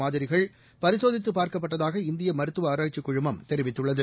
மாதிரிகள் பரிசோதித்துப் பார்க்கப்பட்டதாக நேற்றுமட்டும் இந்தியமருத்துவஆராய்ச்சிக் குழுமம் தெரிவித்துள்ளது